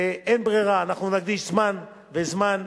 ואין ברירה, אנחנו נקדיש זמן, וזמן,